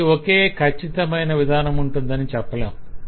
దానికి ఒకే ఖచ్చితమైన విధానం ఉంటుందని చెప్పలేం